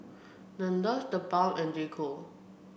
Nandos TheBalm and J Co